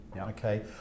Okay